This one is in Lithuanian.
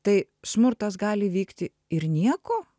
tai smurtas gali vykti ir nieko